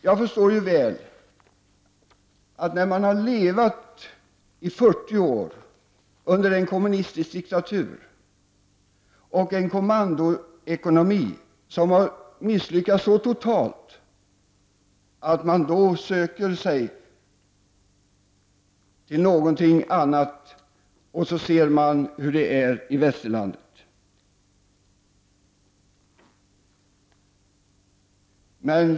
Jag förstår väl att när man har levat i 40 år under en kommunistisk diktatur och en kommandoekonomi som har misslyckats totalt, söker man sig till något annat, och då ser man hur det är i västerlandet.